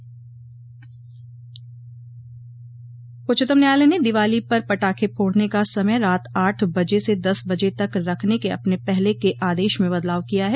उच्चतम न्यायालय ने दिवाली पर पटाखे फोड़ने का समय रात आठ बजे से दस बजे तक रखने के अपने पहले के आदेश में बदलाव किया है